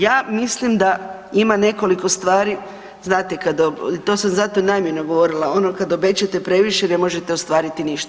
Ja mislim da ima nekoliko stvari, znate kada, to sam zato namjerno govorila ono kad obećate previše ne možete ostvariti ništa.